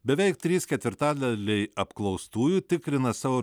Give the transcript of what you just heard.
beveik trys ketvirtadaliai apklaustųjų tikrina savo